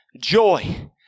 joy